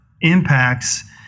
impacts